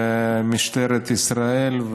ומשטרת ישראל,